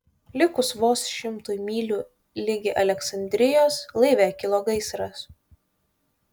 likus vos šimtui mylių ligi aleksandrijos laive kilo gaisras